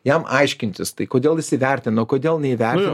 jam aiškintis tai kodėl jis įvertino kodėl neįvertino